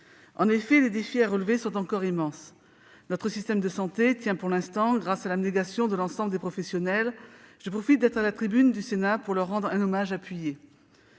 général. Les défis à relever sont encore immenses. Notre système de santé tient, pour l'instant, grâce à l'abnégation de l'ensemble des professionnels. Je profite de l'occasion qui m'est donnée pour leur rendre un hommage appuyé.